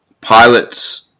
pilots